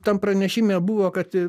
tam pranešime buvo kad